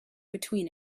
between